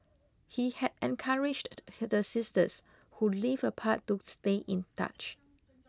he had encouraged the sisters who lived apart to stay in touch